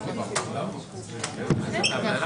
--- צריך